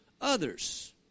others